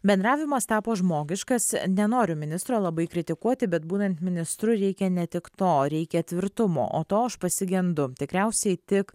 bendravimas tapo žmogiškas nenoriu ministro labai kritikuoti bet būnant ministru reikia ne tik to reikia tvirtumo o to aš pasigendu tikriausiai tik